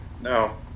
No